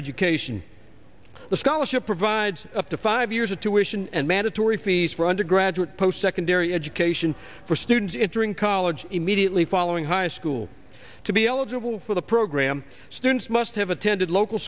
education the scholarship provides up to five years of tuitions and mandatory fees for undergraduate post secondary education for students interim college immediately following high school to be eligible for the program students must have attended local